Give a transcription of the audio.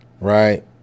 right